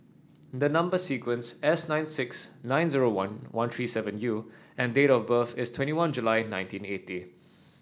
the number sequence S nine six nine zero one three seven U and date of birth is twenty one July nineteen eighty